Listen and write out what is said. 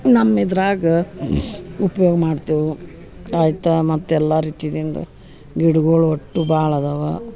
ನಮ್ಮ ಇದರಾಗ ಉಪ್ಯೋಗ ಮಾಡ್ತೇವೆ ಆಯಿತಾ ಮತ್ತು ಎಲ್ಲ ರೀತಿಯಿಂದ ಗಿಡಗಳು ಒಟ್ಟು ಭಾಳ ಅದಾವ